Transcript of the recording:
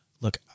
look